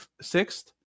sixth